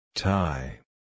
Tie